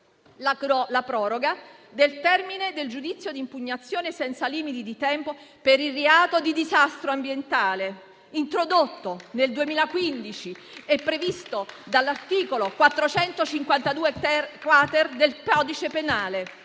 la proroga del termine del giudizio di impugnazione senza limiti di tempo per il reato di disastro ambientale, introdotto nel 2015 e previsto dall'articolo 452-*quater* del codice penale.